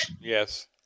Yes